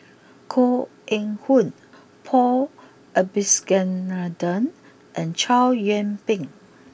Koh Eng Hoon Paul Abisheganaden and Chow Yian Ping